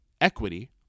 equity